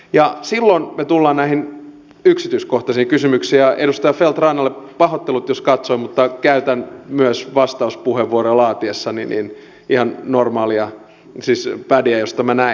sitten me tulemme näihin yksityiskohtaisiin kysymyksiin ja edustaja feldt rannalle pahoittelut jos katsoin mutta käytän myös vastauspuheenvuoroja laatiessani ihan normaalia pädiä josta minä näin